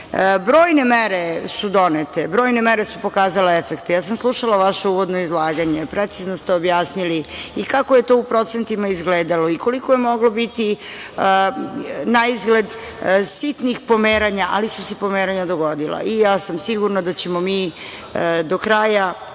mere su donete, brojne mere su pokazale efekte. Slušala sam vaše uvodno izlaganje. Precizno ste objasnili i kako je to u procentima izgledalo, koliko je moglo biti naizgled sitnih pomeranja, ali su se pomeranja dogodila. Sigurna sam da ćemo mi do kraja